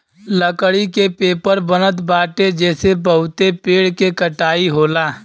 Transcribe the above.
लकड़ी के पेपर बनत बाटे जेसे बहुते पेड़ के कटाई होला